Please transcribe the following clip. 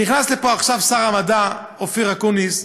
נכנס לפה עכשיו שר המדע אופיר אקוניס.